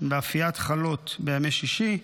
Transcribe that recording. באפיית חלות בימי שישי,